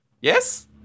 Yes